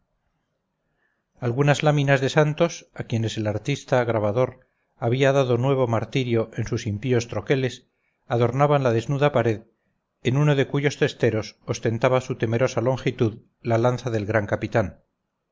algunas láminas de santos a quienes el artista grabador había dado nuevo martirio en sus impíos troqueles adornaban la desnuda pared en uno de cuyos testeros ostentaba su temerosa longitud la lanza del gran capitán